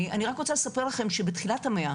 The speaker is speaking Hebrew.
אני רק רוצה לספר לכם שבתחילת המאה